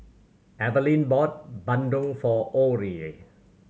Evaline bought bandung for Orie